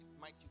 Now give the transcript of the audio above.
mighty